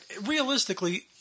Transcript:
realistically